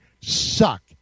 suck